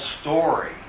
story